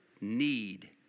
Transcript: need